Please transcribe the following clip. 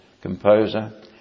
composer